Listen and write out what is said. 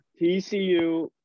TCU